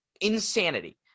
insanity